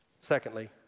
Secondly